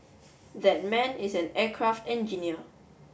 that man is an aircraft engineer